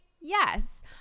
Yes